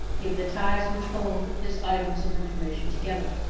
give the ties which hold his items of information together.